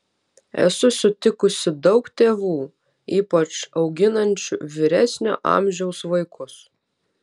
esu sutikusi daug tėvų ypač auginančių vyresnio amžiaus vaikus